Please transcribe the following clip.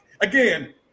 again